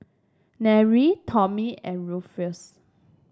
Nery Tommy and Rufus